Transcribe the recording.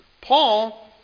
Paul